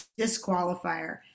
disqualifier